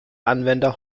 anwender